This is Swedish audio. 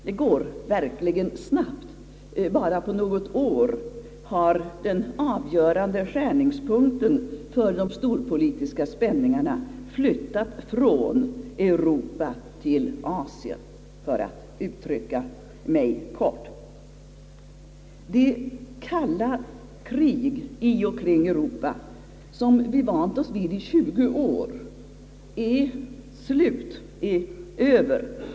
Det går verkligen snabbt. Bara på något år har den avgörande skärningspunkten för de storpolitiska spänningarna flyttat från Europa till Asien, om jag får uttrycka det kort. Det kalla krig i och kring Europa som vi vant oss vid under 20 år är »Över».